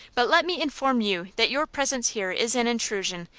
but let me inform you that your presence here is an intrusion,